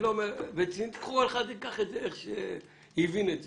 כל אחד ייקח את זה איך שהוא הבין את זה.